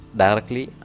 directly